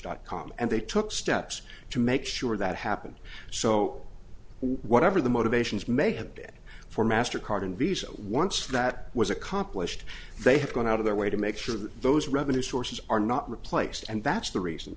dot com and they took steps to make sure that happened so whatever the motivations may have been for master card and visa once that was accomplished they have gone out of their way to make sure that those revenue sources are not replaced and that's the reason